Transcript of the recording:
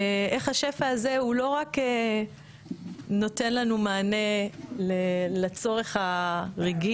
ואיך השפע הזה הוא לא רק נותן לנו מענה לצורך הרגעי,